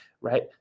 right